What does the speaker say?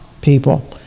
people